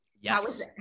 Yes